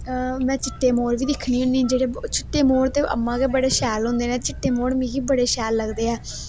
हां में चिट्टे मोर बी दिक्खनी होन्नी जेहडे़ चिट्टे मोर ते बडे़ शैल होंदे ना चिट्टे मोर मिगी बडे़ शैल लगदे ऐ